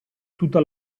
tutta